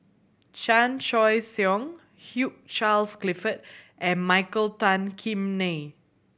Chan Choy Siong Hugh Charles Clifford and Michael Tan Kim Nei